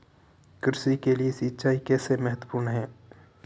कृषि के लिए सिंचाई कैसे महत्वपूर्ण है?